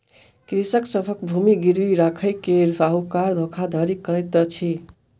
कृषक सभक भूमि गिरवी राइख के साहूकार धोखाधड़ी करैत अछि